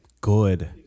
Good